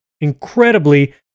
incredibly